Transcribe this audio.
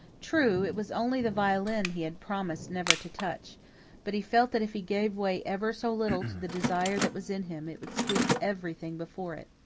true, it was only the violin he had promised never to touch but he felt that if he gave way ever so little to the desire that was in him, it would sweep everything before it.